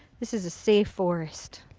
this is a safe forest.